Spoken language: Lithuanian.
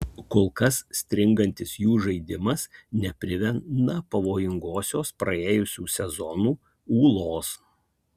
kol kas stringantis jų žaidimas neprimena pavojingosios praėjusių sezonų ūlos